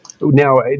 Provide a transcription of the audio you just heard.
Now